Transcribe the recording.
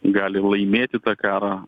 gali laimėti tą karą